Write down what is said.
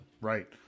right